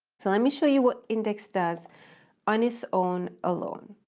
so let me show you what index does on its own, alone.